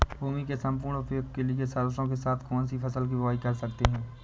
भूमि के सम्पूर्ण उपयोग के लिए सरसो के साथ कौन सी फसल की बुआई कर सकते हैं?